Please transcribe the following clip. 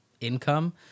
income